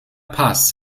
paz